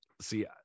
See